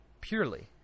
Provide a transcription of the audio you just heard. purely